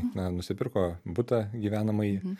na nusipirko butą gyvenamąjį